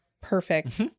perfect